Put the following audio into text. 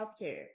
healthcare